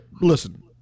listen